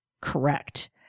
correct